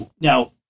Now